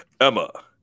Emma